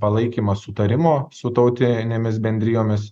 palaikymą sutarimo su tautinėmis bendrijomis